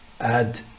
add